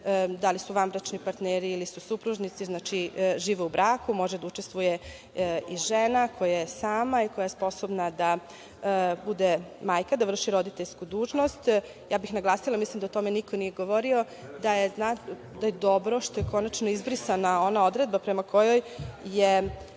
koji su vanbračni partneri ili supružnici, znači žive u braku, može da učestvuje i žena koja je sama i koja je sposobna da bude majka, da vrši roditeljsku dužnost. Naglasila bih, mislim da o tome niko nije govorio, da je dobro što je konačno izbrisana ona odredba prema kojoj je